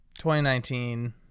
2019